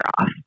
off